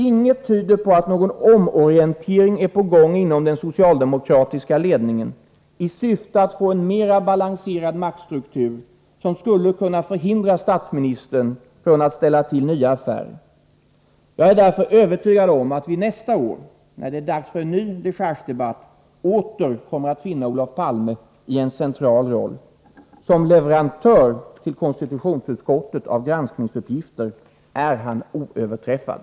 Inget tyder på att någon omorientering är på gång inom den socialdemokratiska ledningen i syfte att få en mera balanserad maktstruktur, som skulle kunna förhindra statsministern att ställa till nya affärer. Därför är jag övertygad om att vi nästa år, när det är dags för en ny dechargedebatt, åter kommer att finna Olof Palme i en central roll. Som leverantör till konstitutionsutskottet av granskningsuppgifter är han oöverträffad.